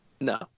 No